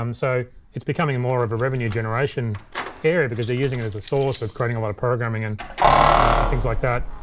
um so it's becoming a more of a revenue generation here because they're using it as a source of creating a lot of programming and and things like that.